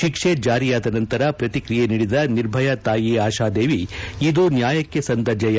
ಶಿಕ್ಷೆ ಜಾರಿಯಾದ ನಂತರ ಪ್ರತಿಕ್ರಿಯೆ ನೀಡಿದ ನಿರ್ಭಯಾ ತಾಯಿ ಆಶಾದೇವಿ ಇದು ನ್ಯಾಯಕ್ಕೆ ಸಂದ ಜಯ